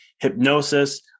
hypnosis